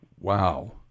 wow